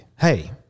hey